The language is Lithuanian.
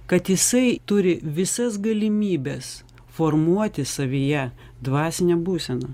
kad jisai turi visas galimybes formuoti savyje dvasinę būseną